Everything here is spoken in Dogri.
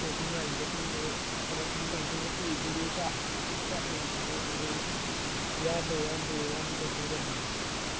पेंटिंग बनाई दिंदे फ्ही ओहे पेंटिंग फीस होंदी ओह् लैंदे समझी लैओ ज्हार दो ज्हार दी पोेंटिंग बनदी